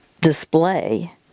display